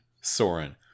Soren